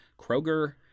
Kroger